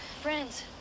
Friends